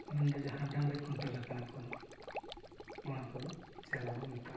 ᱢᱮᱱᱫᱚ ᱡᱟᱦᱟᱸ ᱰᱟᱹᱝᱨᱤ ᱠᱷᱩᱱᱴᱟᱹᱣ ᱞᱮᱠᱟᱱᱟᱜ ᱠᱚ ᱚᱱᱟ ᱠᱚᱫᱚ ᱥᱮᱨᱣᱟ ᱵᱚᱱ ᱢᱮᱛᱟᱜᱼᱟ